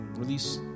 Release